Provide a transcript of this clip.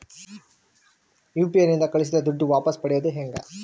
UPI ನಿಂದ ಕಳುಹಿಸಿದ ದುಡ್ಡು ವಾಪಸ್ ಪಡೆಯೋದು ಹೆಂಗ?